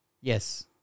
Yes